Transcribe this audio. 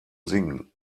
singen